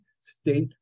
state